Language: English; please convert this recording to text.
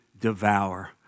devour